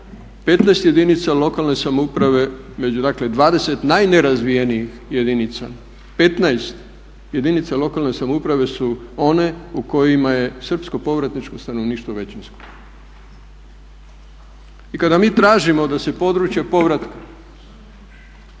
15 jedinica lokalne samouprave među 20 najnerazvijenijih jedinica, 15 jedinica lokalne samouprave su one u kojima je srpsko povratničko stanovništvo većinsko. I kada mi tražimo da se područja povratka